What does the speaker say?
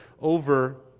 over